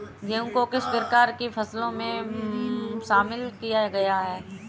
गेहूँ को किस प्रकार की फसलों में शामिल किया गया है?